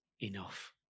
enough